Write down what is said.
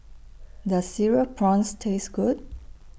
Does Cereal Prawns Taste Good